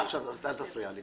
עכשיו אל תפריע לי.